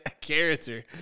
character